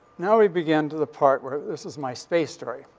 now we begin to the part where this is my space story.